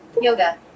Yoga